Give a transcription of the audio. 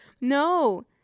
No